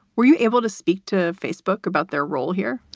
were you able to speak to facebook about their role here?